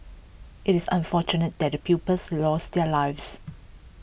IT is unfortunate that the pupils lost their lives